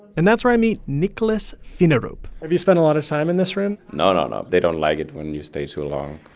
and that's where i meet niklas finnerup have you spent a lot of time in this room? no, no, no. they don't like it when and you stay too long.